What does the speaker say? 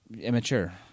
immature